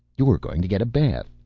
you're going to get a bath.